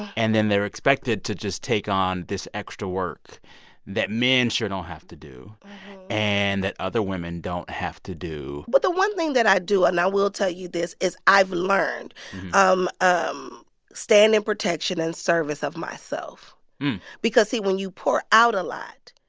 and then they're expected to just take on this extra work that men sure don't have to do and that other women don't have to do but the one thing that i do and i will tell you this is i've learned um um stand in protection in and service of myself because, see, when you pour out a lot.